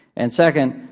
and second,